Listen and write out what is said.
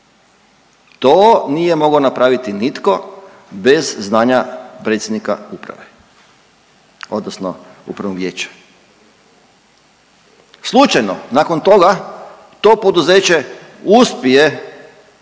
To nije mogao napraviti nitko bez znanja predsjednika uprave odnosno upravnog vijeća. Slučajno nakon toga to poduzeće uspije